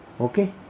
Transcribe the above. okay